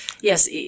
Yes